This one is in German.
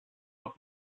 und